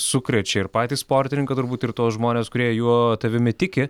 sukrečia ir patį sportininką turbūt ir tuos žmones kurie juo tavimi tiki